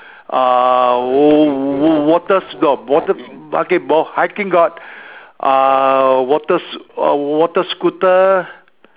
uh wa~ water market bo hiking got uh water sch~ uh water scooter